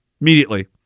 Immediately